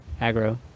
aggro